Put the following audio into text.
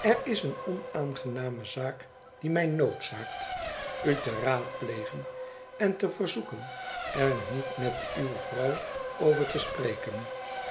er is een onaangename zaak die mij noodzaakt u te raadplegen en te verzoeken er niet met uw vrouw over te spreken